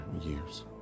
Years